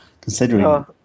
considering